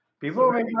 People